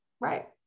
right